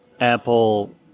Apple